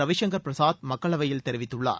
ரவிசங்கர் பிரசாத் மக்களவையில் தெரிவித்துள்ளார்